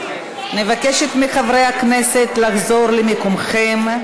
אני מבקשת מחברי הכנסת לחזור למקומותיהם.